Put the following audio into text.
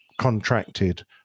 contracted